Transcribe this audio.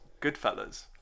Goodfellas